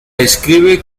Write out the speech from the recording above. describe